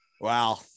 Wow